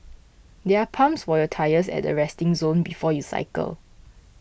there are pumps for your tyres at the resting zone before you cycle